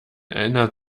erinnert